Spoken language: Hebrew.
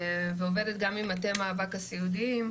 ועובדת גם עם מטה מאבק הסיעודיים,